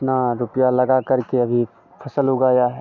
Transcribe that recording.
इतना रुपया लगा करके अभी फसल उगाया है